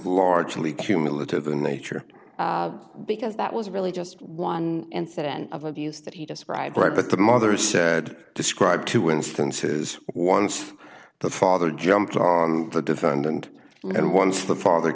largely cumulative the nature because that was really just one incident of abuse that he described but the mother said describe two instances once the father jumped off the defendant and once the father